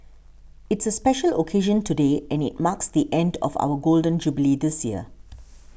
it's a special occasion today and it marks the end of our Golden Jubilee year